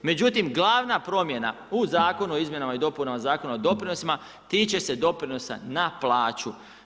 Međutim, glavna promjena u zaklonu o izmjenama i dopunama Zakona o doprinosima tiče se doprinosa na plaću.